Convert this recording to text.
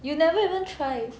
you never even try